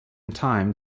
time